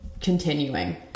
continuing